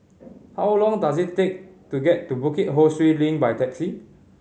how long does it take to get to Bukit Ho Swee Link by taxi